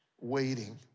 waiting